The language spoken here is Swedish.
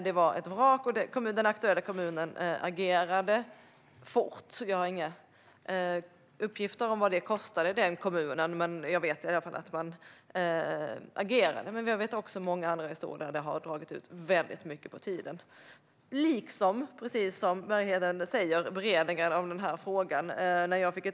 Det var ett vrak, och den aktuella kommunen agerade fort. Jag har inga uppgifter om vad det kostade kommunen. Men jag vet många andra fall där det har dragit ut väldigt mycket på tiden. Det sistnämnda gäller även beredningen av den här frågan, precis som Bergheden säger.